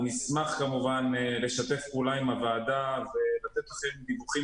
אנחנו נשמח לשתף פעולה עם הוועדה ולתת לכם דיווחים